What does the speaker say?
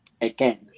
Again